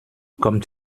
kommt